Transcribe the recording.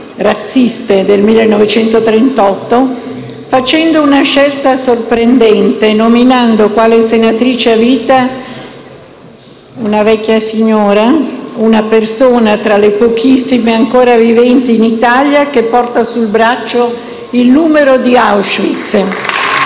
razziste, del 1938 facendo una scelta sorprendente: nominando quale senatrice a vita una vecchia signora, una persona tra le pochissime ancora viventi in Italia che porta sul braccio il numero di Auschwitz...